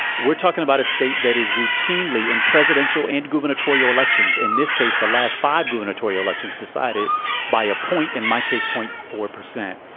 we're talking about a state that is routinely in presidential and gubernatorial elections. in this case, the last five gubernatorial elections decided by a point in my case, point four percent,